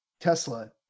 tesla